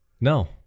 no